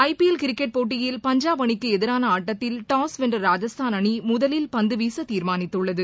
IPL cricket போட்டியில் பஞ்சாப் அணிக்கு எதிரான ஆட்டத்தில் டாஸ் வென்ற ராஜஸ்தான் அணி முதலில் பந்து வீச தீர்மானித்துள்ளது